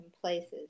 places